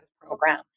program